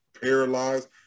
paralyzed